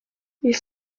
ils